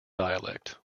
dialect